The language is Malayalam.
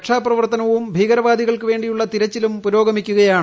രക്ഷാപ്രവർത്തനവും ഭീകരവാദികൾക്കു വേണ്ടിയുള്ള തിരച്ചിലും പുരോഗമിക്കുകയാണ്